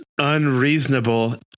unreasonable